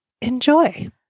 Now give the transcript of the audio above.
enjoy